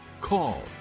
call